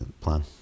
plan